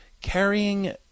carrying